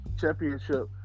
championship